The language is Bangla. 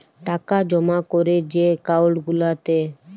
টাকা জমা ক্যরে যে একাউল্ট গুলাতে